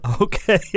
Okay